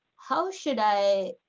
how should i